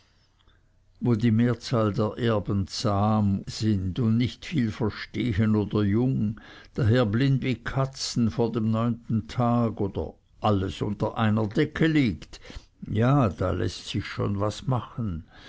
wo die mehrzahl der erben zahm sind und nicht viel verstehen oder jung daher blind wie katzen vor dem neunten tag oder alles unter einer decke liegt ja da läßt sich schon was machen